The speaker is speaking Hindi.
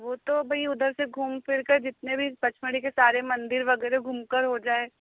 वो तो भाई उधर से घूम फिर कर जितने भी पचमढ़ी के सारे मंदिर वगैरह घूमकर हो जाए